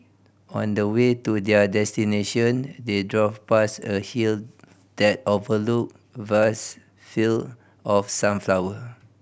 on the way to their destination they drove past a hill that overlooked vast field of sunflower